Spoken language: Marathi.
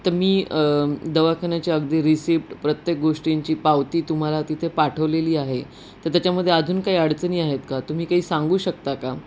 तर मी दवाखान्याच्या अगदी रिसिप्ट प्रत्येक गोष्टींची पावती तुम्हाला तिथे पाठवलेली आहे तर त्याच्यामध्ये अजून काही अडचणी आहेत का तुम्ही काही सांगू शकता का